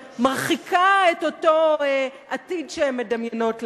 ומרחיקה את אותו עתיד שהן מדמיינות לעצמן.